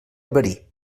verí